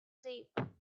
tape